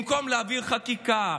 במקום להעביר חקיקה,